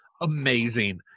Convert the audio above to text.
amazing